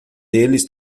deles